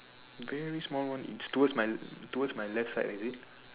very small one its towards towards my left side is it